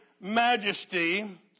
majesty